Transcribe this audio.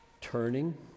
turning